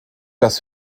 das